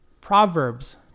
Proverbs